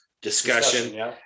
Discussion